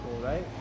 right